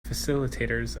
facilitators